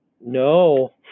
no